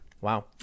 Wow